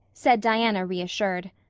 said diana, reassured.